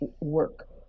work